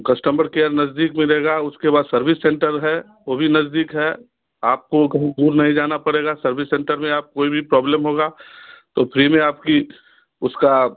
customer care नज़दीक मिलेगा उसके बाद सर्विस सेंटर है वो भी नज़दीक है आपको कहीं दूर नहीं जाना पड़ेगा सर्विस सेंटर में आप कोई भी प्रॉब्लम होगा तो फ्री में आपकी उसका